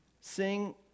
sing